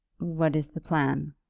what is the plan?